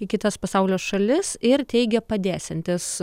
į kitas pasaulio šalis ir teigė padėsiantis